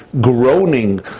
groaning